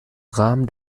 rahmen